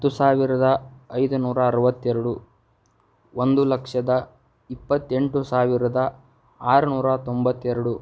ಹತ್ತು ಸಾವಿರದ ಐದು ನೂರ ಅರವತ್ತೆರಡು ಒಂದು ಲಕ್ಷದ ಇಪ್ಪತ್ತೆಂಟು ಸಾವಿರದ ಆರುನೂರ ತೊಂಬತ್ತೆರಡು